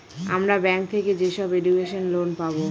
আমরা ব্যাঙ্ক থেকে যেসব এডুকেশন লোন পাবো